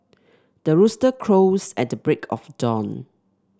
the rooster crows at the break of dawn